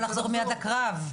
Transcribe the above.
הוא רוצה לחזור מייד לקרב.